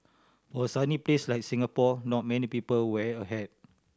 for a sunny place like Singapore not many people wear a hat